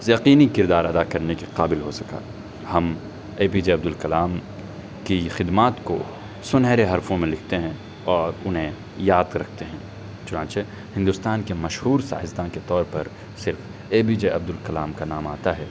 یقینی کردار ادا کرنے کے قابل ہو سکا ہم A P J Abdul Kalam کی خدمات کو سنہرے حرفوں میں لکھتے ہیں اور انہیں یاد رکھتے ہیں چنانچہ ہندوستان کے مشہور سائنسداں کے طور پر صرف A B J Abdul Kalam کا نام آتا ہے